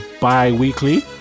bi-weekly